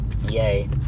yay